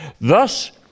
Thus